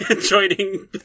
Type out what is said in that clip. joining